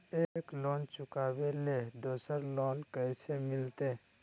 एक लोन के चुकाबे ले दोसर लोन कैसे मिलते?